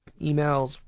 emails